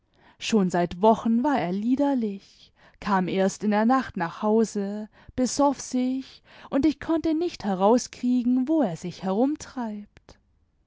schon seit wochen war er liederlich kam erst in der nacht nach hause besoff sich und ich konnte nicht herauskriegen wo er sich herumtreibt